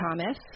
Thomas